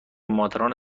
مادران